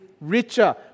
richer